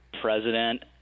president